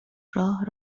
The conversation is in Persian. راه